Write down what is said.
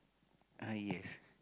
ah yes